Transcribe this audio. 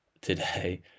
today